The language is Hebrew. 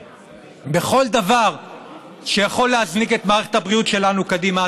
בכל דבר שיכול להזניק את מערכת הבריאות שלנו קדימה.